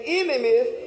enemies